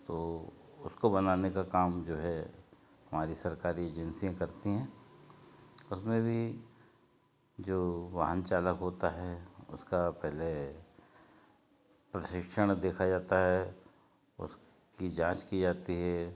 तो उसको बनाने का काम जो है हमारी सरकारी एजेंसियाँ करती हैं उसमें भी जो वाहन चालक होता है उसका पहले प्रशिक्षण देखा जाता है उसकी जाँच की जाती है